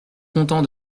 content